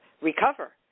recover